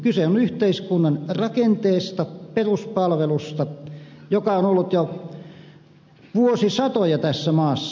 kyse on yhteiskunnan rakenteesta peruspalvelusta joka on ollut jo vuosisatoja tässä maassa